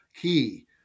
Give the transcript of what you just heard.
key